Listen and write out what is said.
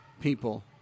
people